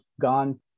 gone